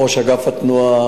ראש אגף התנועה.